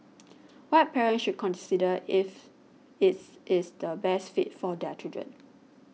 what parents should consider if it's is the best fit for their children